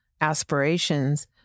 aspirations